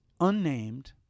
unnamed